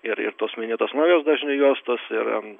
ir ir tos minėtos naujos dažnių juostos ir